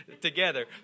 together